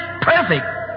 perfect